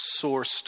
sourced